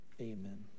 amen